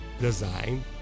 design